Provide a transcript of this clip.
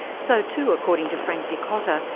so too, according to frank dikotter,